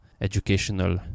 educational